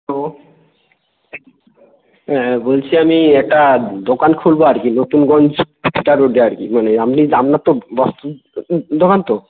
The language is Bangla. হ্যালো হ্যাঁ বলছি আমি একটা দোকান খুলবো আর কি নতুনগঞ্জ ফিডার রোডে আর কি মানে আপনি আপনার তো বস্ত্রর দোকান তো